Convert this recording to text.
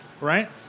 right